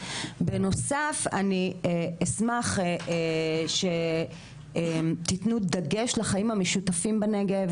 בנוסף אני אשמח שתתנו דגש לחיים המשותפים בנגב,